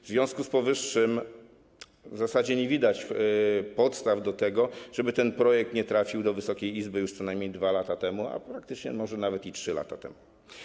W związku z powyższym w zasadzie nie widać podstaw do tego, żeby ten projekt nie trafił do Wysokiej Izby już co najmniej 2 lata temu, a praktycznie może nawet i 3 lata temu.